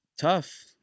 tough